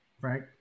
right